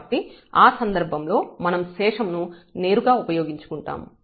కాబట్టి ఆ సందర్భంలో మనం శేషం ను నేరుగా ఉపయోగించుకుంటాము